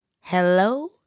Hello